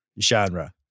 genre